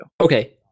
Okay